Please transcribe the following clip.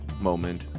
moment